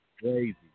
crazy